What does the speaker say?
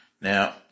Now